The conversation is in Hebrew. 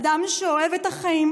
אדם שאוהב את החיים,